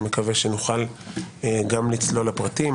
אני מקווה שנוכל גם לצלול לפרטים.